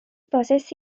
process